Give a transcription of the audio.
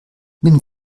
nimm